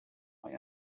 mae